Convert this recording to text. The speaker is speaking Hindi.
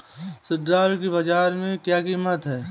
सिल्ड्राल की बाजार में कीमत क्या है?